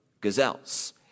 gazelles